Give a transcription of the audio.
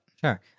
Sure